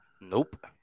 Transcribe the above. Nope